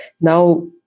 Now